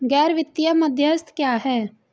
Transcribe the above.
गैर वित्तीय मध्यस्थ क्या हैं?